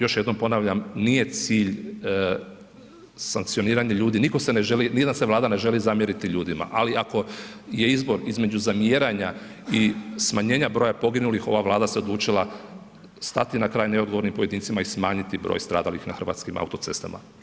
Još jednom ponavljam nije cilj sankcioniranje ljudi, nitko se ne želi, ni jedna se Vlada ne želi zamjeriti ljudima ali ako je izbor između zamjeranja i smanjenja broja poginulih, ova Vlada se odlučila stati na kraj neodgovornim pojedincima i smanjiti broj stradalih na Hrvatskim autocestama.